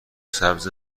سبز